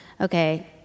okay